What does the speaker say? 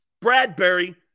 Bradbury